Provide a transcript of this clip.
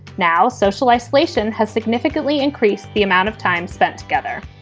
now, social isolation has significantly increased the amount of time spent together.